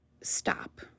stop